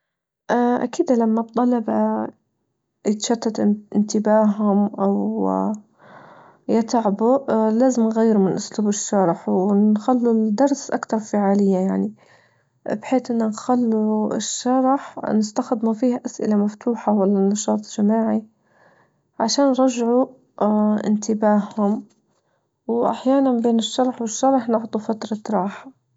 اه أكيد لما الطلبة يتشتت ان-انتباههم أو يتعبوا اه لازم نغيروا من أسلوب الشرح ونخلوا الدرس أكتر فاعلية يعني، بحيث أنه نخلوا الشرح نستخدموا فيه أسئلة مفتوحة ولا نشاط جماعى عشان نرجعوا اه انتباههم واحيانا بين الشرح والشرح نحطوا فترة راحة.